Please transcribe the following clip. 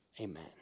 amen